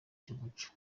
cy’umuco